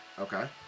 Okay